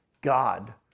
God